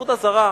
עבודה זרה,